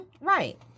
Right